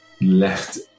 left